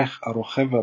הרוכב והבטיחות.